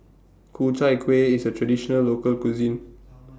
Ku Chai Kuih IS A Traditional Local Cuisine